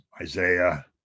Isaiah